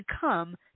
come